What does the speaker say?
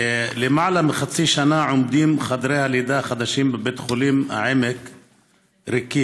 למעלה מחצי שנה עומדים חדר הלידה החדשים בבית החולים העמק ריקים,